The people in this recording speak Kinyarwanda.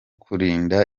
kurinda